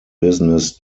business